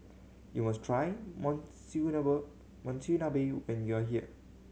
you must try Monsunabe when you are here